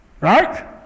right